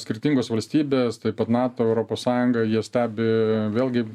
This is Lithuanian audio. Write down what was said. skirtingos valstybės taip pat nato europos sąjunga jie stebi vėlgi